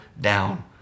down